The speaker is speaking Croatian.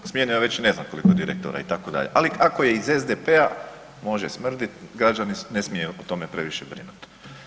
Smijenjeno je već ne znam koliko direktora itd., ali ako je iz SDP-a može smrdit, građani ne smiju o tome previše brinut.